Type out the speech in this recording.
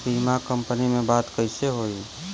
बीमा कंपनी में बात कइसे होई?